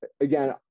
again